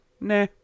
nah